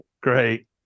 Great